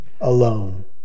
alone